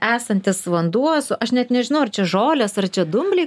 esantis vanduo su aš net nežinau ar čia žolės ar čia dumbliai